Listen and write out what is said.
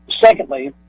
Secondly